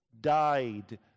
died